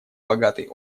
богатый